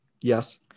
Yes